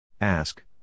Ask